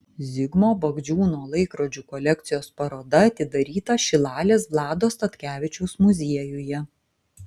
zigmo bagdžiūno laikrodžių kolekcijos paroda atidaryta šilalės vlado statkevičiaus muziejuje